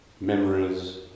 memories